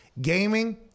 Gaming